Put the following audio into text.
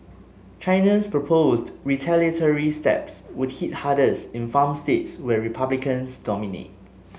China's proposed retaliatory steps would hit hardest in farm states where Republicans dominate